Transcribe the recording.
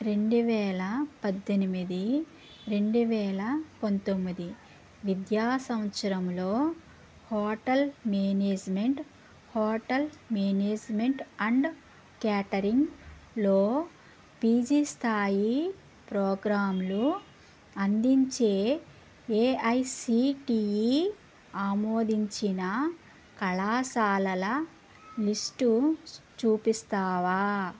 రెండు వేల పద్దెనిమిది రెండు వేల పంతొమ్మిది విద్యా సంవత్సరంలో hotel management hotel management and కేటరింగ్లో పీజీ స్థాయి ప్రోగ్రాంలు అందించే ఏఐసిటిఈ ఆమోదించిన కళాశాలల లిస్టు చూపిస్తావా